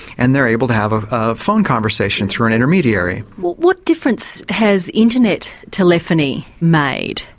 and they're able to have a ah phone conversation through an intermediary. what what difference has internet telephony made?